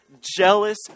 jealous